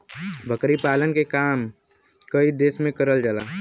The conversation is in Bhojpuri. बकरी पालन के काम कई देस में करल जाला